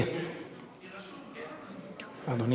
אדוני